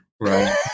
right